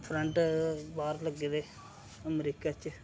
friend बाह्र लग्गे दे अमरीका च